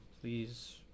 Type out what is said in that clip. Please